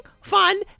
fun